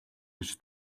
гэж